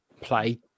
play